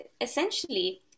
essentially